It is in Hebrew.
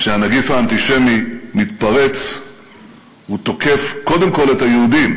כשהנגיף האנטישמי מתפרץ הוא תוקף קודם כול את היהודים,